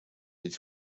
ведь